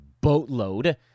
boatload